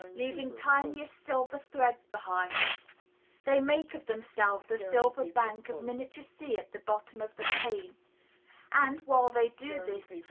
leaving tiniest silver threads behind they make of themselves a silver bank of miniature sea at the bottom of the pane and, while they do this,